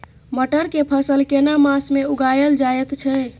मटर के फसल केना मास में उगायल जायत छै?